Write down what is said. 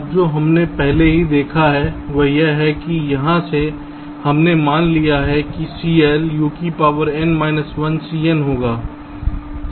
अब जो हमने पहले ही देखा है वह यह है कि यहाँ से हमने मान लिया है कि CL UN 1Cin होगा